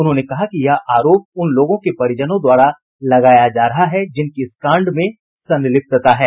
उन्होंने कहा कि यह आरोप उन लोगों के परिजनों द्वारा लगाया जा रहा है जिनकी इस कांड में संलिप्तता है